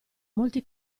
molti